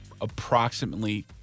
approximately